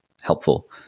helpful